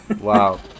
Wow